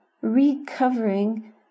recovering